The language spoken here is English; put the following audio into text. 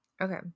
Okay